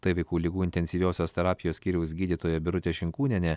tai vaikų ligų intensyviosios terapijos skyriaus gydytoja birutė šinkūnienė